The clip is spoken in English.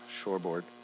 shoreboard